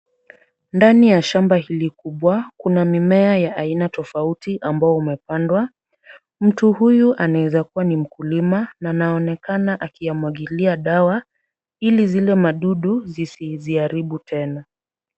Ndani ya shamba hili kubwa kuna mimea ya aina tofauti ambao imepandwa. Mtu huyu anaweza kuwa ni mkulima na anaonekana akiyamwagilia dawa ili zile Madudu zisiziharibu tena.